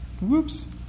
whoops